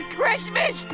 Christmas